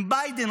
עם ביידן,